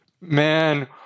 man